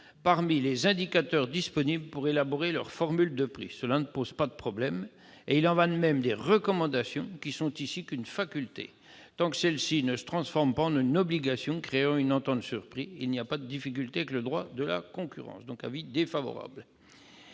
parmi les indicateurs disponibles pour élaborer leur formule de prix, cela ne pose pas de problème. Il en va de même des recommandations, qui ne sont ici qu'une faculté. Tant que celles-ci ne se transforment pas en une obligation créant une entente sur un prix, il n'y a pas de difficulté avec le droit de la concurrence. Avis défavorable.